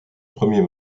premier